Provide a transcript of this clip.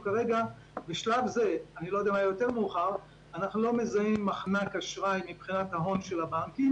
בשלב זה אנחנו לא מזהים מחנק אשראי מבחינת ההון של הבנקים